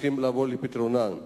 צריכים לבוא על פתרונם.